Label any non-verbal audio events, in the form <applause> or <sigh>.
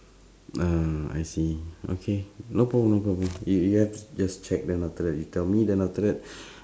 ah I see okay no problem no problem you you have just check then after that you tell me then after that <breath>